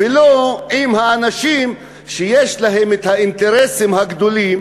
עם השכנים שלו ולא עם האנשים שיש להם את האינטרסים הגדולים